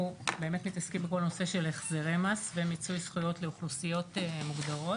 אנחנו מתעסקים בכל הנושא של החזרי מס ומיצוי זכויות לאוכלוסיות מוגדרות.